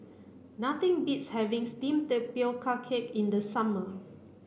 nothing beats having steamed tapioca cake in the summer